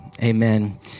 Amen